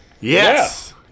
Yes